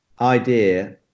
idea